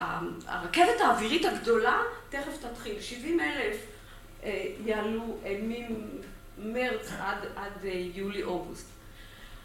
הרכבת האווירית הגדולה, תכף תתחיל. 70 אלף יעלו ממרץ עד יולי-אוגוסט.